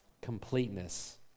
Completeness